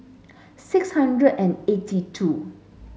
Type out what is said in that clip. six hundred and eighty two